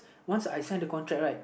once I signed the contract right